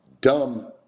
dumb